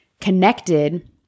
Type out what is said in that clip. connected